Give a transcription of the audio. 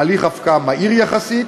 הליך הפקעה מהיר יחסית,